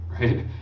right